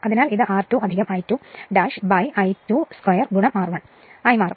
അതിനാൽ ഇത് R2 I2 I2 2 R1 ആയി മാറും